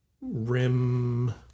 rim